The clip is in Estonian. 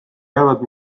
jäävad